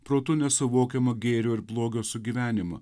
protu nesuvokiamą gėrio ir blogio sugyvenimą